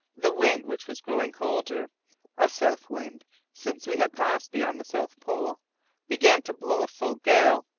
the wind, which was growing colder a south wind since we had passed beyond the south pole began to blow a full gale,